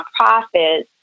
nonprofits